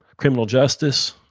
criminal justice,